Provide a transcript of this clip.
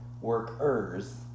workers